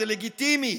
זה לגיטימי.